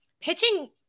pitching